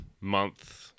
month